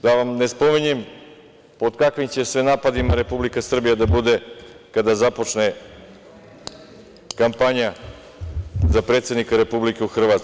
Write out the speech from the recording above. Da vam ne spominjem pod kakvim će sve napadima Republika Srbija da bude kada započne kampanja za predsednika Republike u Hrvatskoj.